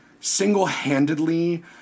single-handedly